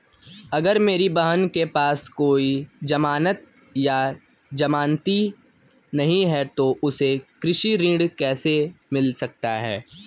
अगर मेरी बहन के पास कोई जमानत या जमानती नहीं है तो उसे कृषि ऋण कैसे मिल सकता है?